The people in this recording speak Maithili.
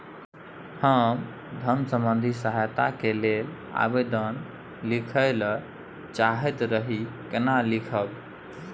हम धन संबंधी सहायता के लैल आवेदन लिखय ल चाहैत रही केना लिखब?